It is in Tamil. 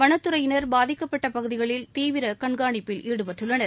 வனத்துறையினர் பாதிக்கப்பட்ட பகுதிகளில் தீவிர கண்காணிப்பில் ஈடுபட்டுள்ளனர்